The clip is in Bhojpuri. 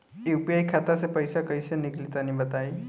यू.पी.आई खाता से पइसा कइसे निकली तनि बताई?